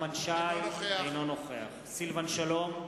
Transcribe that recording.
אינו נוכח סילבן שלום,